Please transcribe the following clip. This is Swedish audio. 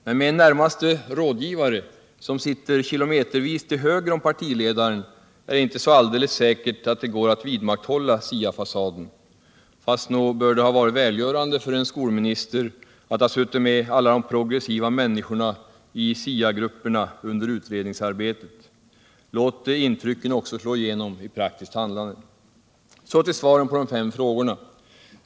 Men med en närmaste rådgivare som sitter kilometervis till höger om partiledaren är det inte så alldeles säkert att det går att vidmakthålla SIA-fasaden. Fast nog bör det ha varit välgörande för en skolminister att ha suttit med alla de progressiva människorna i SIA grupperna under utredningsarbetet. Låt intrycken också slå igenom i praktiskt handlande! Så till svaren på de fem frågorna.